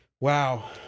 Wow